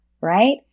right